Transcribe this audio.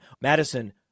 Madison